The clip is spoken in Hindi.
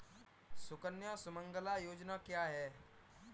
सुकन्या सुमंगला योजना क्या है?